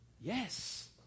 Yes